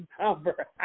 number